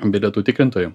bilietų tikrintoju